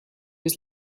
was